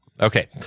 Okay